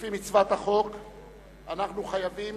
לפי מצוות החוק אנחנו חייבים